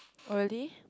oh really